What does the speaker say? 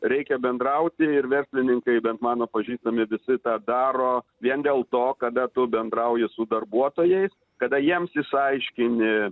reikia bendrauti ir verslininkai bent mano pažįstami visi tą daro vien dėl to kada tu bendrauji su darbuotojais kada jiems išsiaiškini